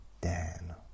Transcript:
Dan